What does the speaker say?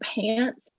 pants